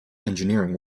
engineering